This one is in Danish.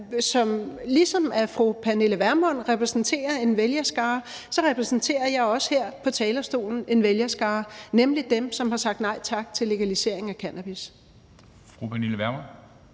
Ligesom fru Pernille Vermund repræsenterer en vælgerskare, repræsenterer jeg også her på talerstolen en vælgerskare, nemlig dem, der har sagt nej tak til legalisering af cannabis.